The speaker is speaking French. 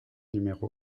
numéro